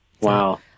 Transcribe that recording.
Wow